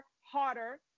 harder